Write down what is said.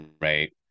Right